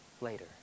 later